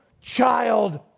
child